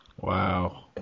Wow